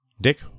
Dick